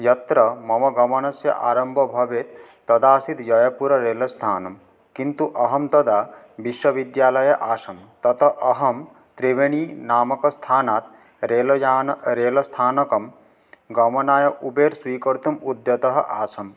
यत्र मम गमनस्य आरम्भः भवेत् तदासीत् जयपुररेलस्थानं किन्तु अहं तदा विश्वविद्यालये आसं तत् अहं त्रिवेणीनामकस्थानात् रेलयान रेलस्थानकं गमनाय उबेर् स्वीकर्तुम् उद्यतः आसम्